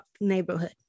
neighborhood